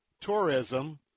tourism